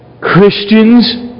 Christians